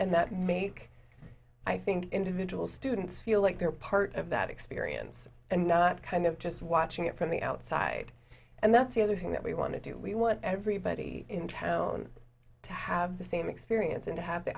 and that make i think individual students feel like they're part of that experience and not kind of just watching it from the outside and that's the other thing that we want to do we want everybody in town to have the same experience in have the